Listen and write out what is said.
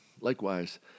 Likewise